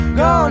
go